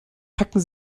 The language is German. packen